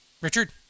Richard